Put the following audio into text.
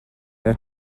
ирнэ